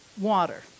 water